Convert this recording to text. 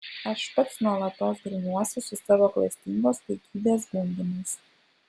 aš pats nuolatos grumiuosi su savo klastingos puikybės gundymais